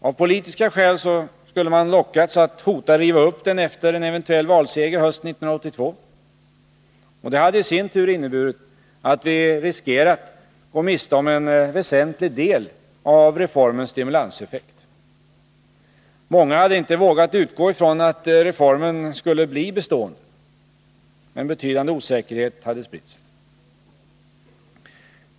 Av politiska skäl skulle man lockats att hota riva upp den efter en eventuell valseger hösten 1982. Det hade i sin tur inneburit att vi riskerat gå miste om en väsentlig del av reformens stimulanseffekt. Många hade inte vågat utgå ifrån att reformen skulle bli bestående. En betydande osäkerhet hade spritt sig.